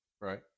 Right